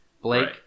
Blake